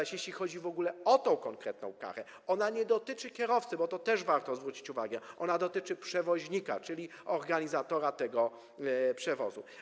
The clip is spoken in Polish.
Jeśli zaś chodzi o tę konkretną karę, to ona nie dotyczy kierowcy, bo na to też warto zwrócić uwagę, ona dotyczy przewoźnika, czyli organizatora tego przewozu.